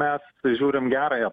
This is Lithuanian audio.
mes žiūrim gerąją